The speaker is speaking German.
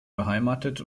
beheimatet